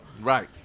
Right